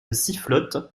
sifflote